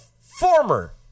former